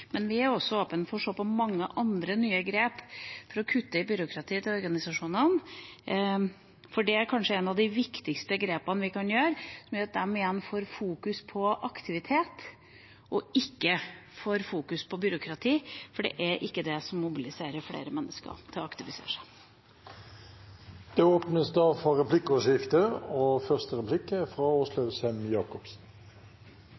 Vi er også åpne for å se på mange andre nye grep for å kutte i byråkratiet til organisasjonene. Det er kanskje et av de viktigste grepene vi kan ta for at de igjen kan fokusere på aktivitet og ikke på byråkrati, for det er ikke det som mobiliserer flere mennesker til å aktivisere seg. Det blir replikkordskifte. Det er veldig bra at kulturministeren er